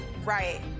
right